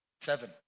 seven